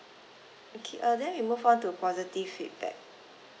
okay uh then we move on to positive feedback